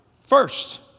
first